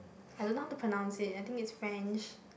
I don't know how to pronounce it I think it's French